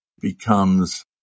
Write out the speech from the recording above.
becomes